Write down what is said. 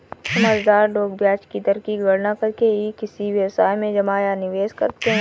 समझदार लोग ब्याज दर की गणना करके ही किसी व्यवसाय में जमा या निवेश करते हैं